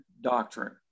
doctrine